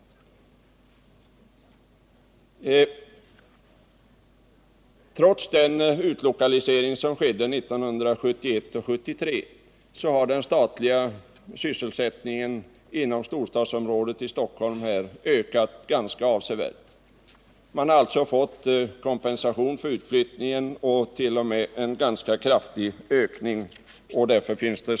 Trots den utlokalisering som skedde 1971 och 1973 har den statliga sysselsättningen inom Stockholms storstadsområde ökat ganska avsevärt. Stockholm har fått kompensation för den utflyttning som skett, och man har dessutom fått en ganska kraftig ökning av sysselsättningen inom området.